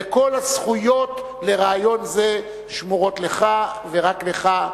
וכל הזכויות על הרעיון זה שמורות לך ורק לך.